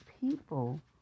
people